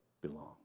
belong